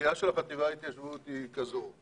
הסוגיה של החטיבה להתיישבות היא כזו.